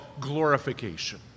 glorification